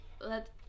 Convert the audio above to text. let